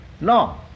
no